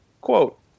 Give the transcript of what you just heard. Quote